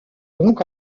donc